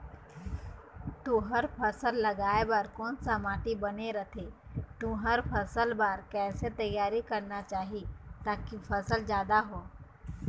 तुंहर फसल उगाए बार कोन सा माटी बने रथे तुंहर फसल बार कैसे तियारी करना चाही ताकि फसल जादा हो?